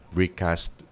recast